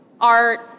art